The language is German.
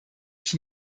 ich